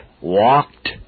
walked